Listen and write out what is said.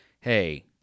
hey